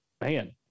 man